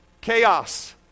chaos